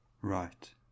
Right